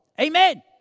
Amen